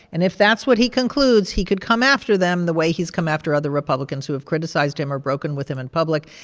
and if that's what he concludes, he could come after them the way he's come after other republicans who have criticized him or broken with him in public.